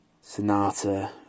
sonata